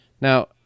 Now